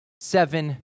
seven